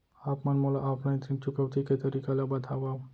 आप मन मोला ऑफलाइन ऋण चुकौती के तरीका ल बतावव?